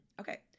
okay